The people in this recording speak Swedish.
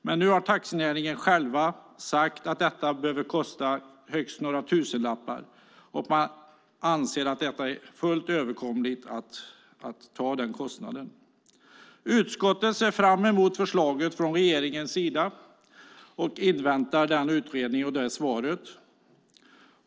Men nu har taxinäringen själv sagt att detta kostar högst några tusenlappar per bil, och man anser att det är en fullt överkomlig kostnad. Utskottet ser fram emot förslaget från regeringen och inväntar utredningens svar.